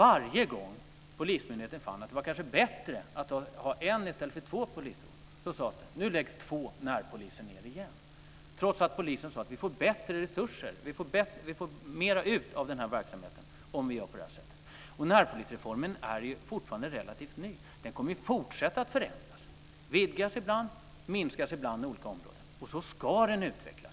Varje gång en polismyndighet fann att det var bättre att ha en än två polisstationer sades det att polisen lade ned två närpolisstationer. Detta skedde trots att polisen sade att man får mer ut av verksamheten om man gör på detta sätt. Närpolisreformen är fortfarande relativt ny. Verksamheten kommer att fortsätta att förändras. Den kommer att vidgas ibland och minskas ibland i olika områden.